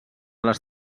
les